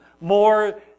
more